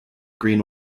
green